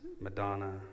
Madonna